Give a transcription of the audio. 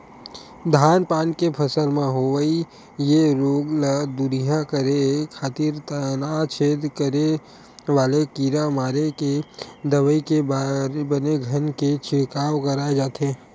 धान पान के फसल म होवई ये रोग ल दूरिहा करे खातिर तनाछेद करे वाले कीरा मारे के दवई के बने घन के छिड़काव कराय जाथे